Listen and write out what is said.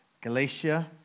Galatia